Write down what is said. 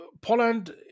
Poland